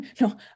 no